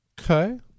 Okay